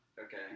Okay